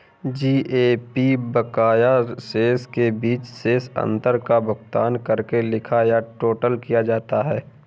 GAP बकाया शेष के बीच शेष अंतर का भुगतान करके लिखा या टोटल किया जाता है